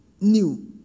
new